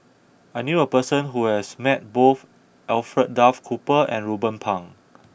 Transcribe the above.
I knew a person who has met both Alfred Duff Cooper and Ruben Pang